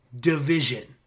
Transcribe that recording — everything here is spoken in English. division